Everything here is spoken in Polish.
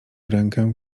rękę